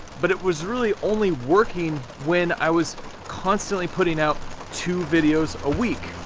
but it was really only working when i was constantly putting out two videos a week.